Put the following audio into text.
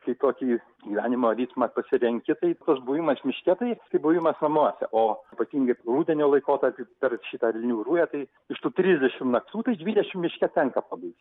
kai tokį gyvenimo ritmą pasirenki tai tas buvimas miške tai kaip buvimas namuose o ypatingai rudenio laikotarpį per šitą elnių ruja tai iš tų tridešim naktų tai dvidešim miške tenka pabūt